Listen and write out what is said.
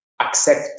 accept